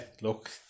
look